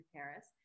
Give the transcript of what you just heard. Paris